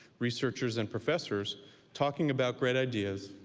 researchers, and professors talking about great ideas,